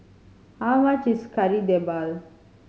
how much is Kari Debal